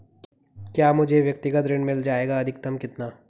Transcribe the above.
क्या मुझे व्यक्तिगत ऋण मिल जायेगा अधिकतम कितना?